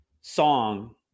song